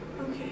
Okay